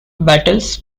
battles